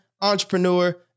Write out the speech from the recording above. entrepreneur